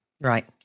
Right